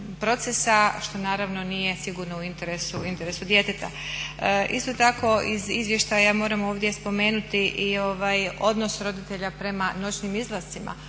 procesa što naravno nije sigurno u interesu djeteta. Isto tako iz izvještaja moram ovdje spomenuti i odnos roditelja prema noćnim izlascima